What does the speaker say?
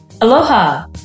Aloha